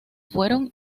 fueron